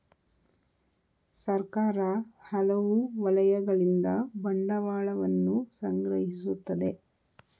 ಸರ್ಕಾರ ಹಲವು ವಲಯಗಳಿಂದ ಬಂಡವಾಳವನ್ನು ಸಂಗ್ರಹಿಸುತ್ತದೆ